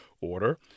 order